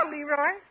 Leroy